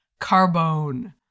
Carbone